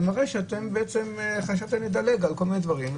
זה מראה שאתם חשבתם לדלג על כל מיני דברים,